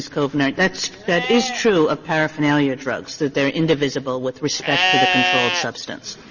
kovner, that's that is true of paraphernalia drugs, that they're indivisible with respect to the controlled substance.